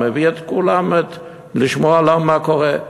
מביא את כולם לשמוע מה קורה.